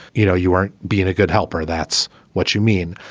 you know, you aren't being a good helper, that's what you mean.